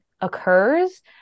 occurs